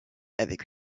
avec